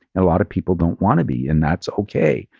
a lot of people don't want to be and that's okay.